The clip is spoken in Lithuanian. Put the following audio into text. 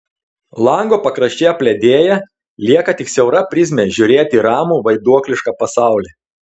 lango pakraščiai apledėja lieka tik siaura prizmė žiūrėti į ramų vaiduoklišką pasaulį